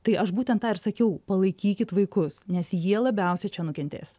tai aš būtent tą ir sakiau palaikykit vaikus nes jie labiausiai čia nukentės